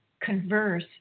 converse